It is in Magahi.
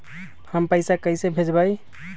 हम पैसा कईसे भेजबई?